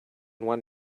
one